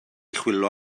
chwilio